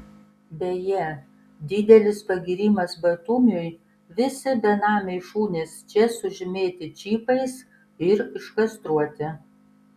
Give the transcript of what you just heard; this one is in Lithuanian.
beje didelis pagyrimas batumiui visi benamiai šunys čia sužymėti čipais ir iškastruoti